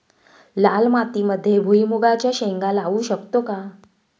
लाल मातीमध्ये भुईमुगाच्या शेंगा लावू शकतो का?